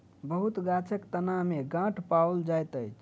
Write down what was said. बहुत गाछक तना में गांठ पाओल जाइत अछि